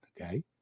Okay